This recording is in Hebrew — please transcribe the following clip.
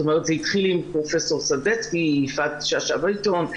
זה התחיל עם פרופ' סדצקי, יפעת שאשא ביטון.